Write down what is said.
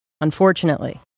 Unfortunately